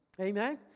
Amen